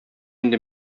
инде